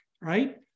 right